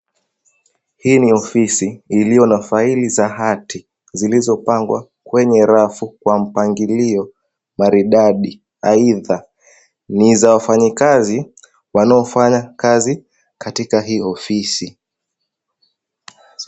Hii ni ofisi iliyo na faili za hati zilizopangwa kwenye rafu kwa mpangilio maridadi. Aidha ni za wafanyakazi wanaofanya kazi katika hii ofisi.